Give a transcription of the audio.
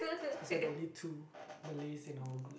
cause you are the only two Malays in our group